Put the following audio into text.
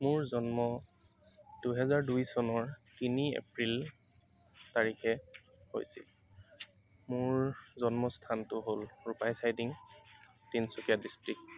মোৰ জন্ম দুহেজাৰ দুই চনৰ তিনি এপ্ৰিল তাৰিখে হৈছিল মোৰ জন্মস্থানটো হ'ল ৰূপাই চাইটিং তিনিচুকীয়া ডিষ্ট্ৰিক্ট